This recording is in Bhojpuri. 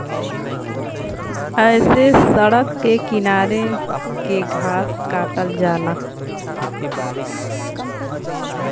ऐसे सड़क के किनारे के घास काटल जाला